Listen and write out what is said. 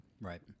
Right